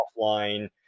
offline